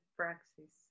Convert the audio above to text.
praxis